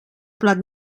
plat